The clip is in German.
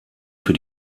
für